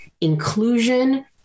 inclusion